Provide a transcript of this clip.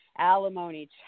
alimony